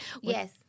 Yes